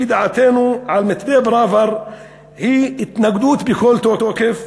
כי דעתנו על מתווה פראוור היא התנגדות בכל תוקף,